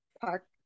park